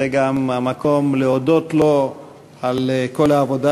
זה גם המקום להודות לו על כל העבודה